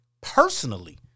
personally